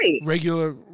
regular